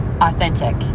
authentic